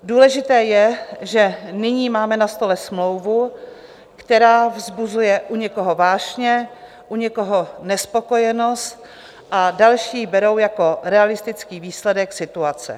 Důležité je, že nyní máme na stole smlouvu, která vzbuzuje u někoho vášně, u někoho nespokojenost a další ji berou jako realistický výsledek situace.